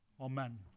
Amen